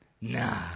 nah